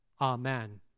Amen